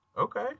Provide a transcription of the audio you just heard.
Okay